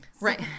Right